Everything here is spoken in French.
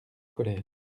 colère